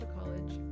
college